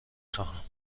خواهم